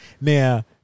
Now